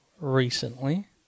Recently